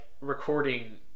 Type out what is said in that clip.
recording